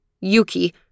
Yuki